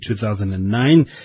2009